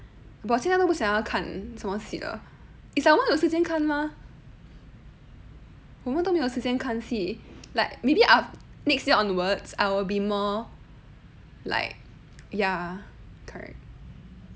我现在都不想要看什么了 is like 我还有时间看吗我们都没有时间看戏 maybe next year onwards I will be more like ya correct